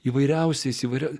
įvairiausiais įvairi